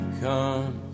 come